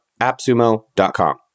AppSumo.com